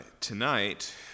Tonight